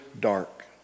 dark